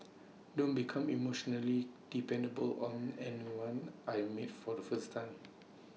don't become emotionally dependable on anyone I meet for the first time